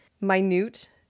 minute